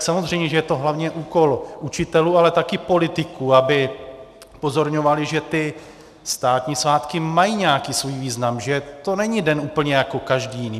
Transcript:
Samozřejmě že je to hlavně úkol učitelů, ale také politiků, aby upozorňovali, že státní svátky mají nějaký svůj význam, že to není den úplně jako každý jiný.